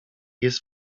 jest